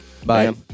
Bye